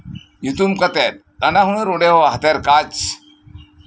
ᱧᱩᱛᱩᱢ ᱠᱟᱛᱮᱫ ᱱᱟᱱᱟ ᱦᱩᱱᱟᱹᱨ ᱚᱸᱰᱮᱦᱚᱸ ᱦᱟᱛᱮᱨ ᱠᱟᱡᱽ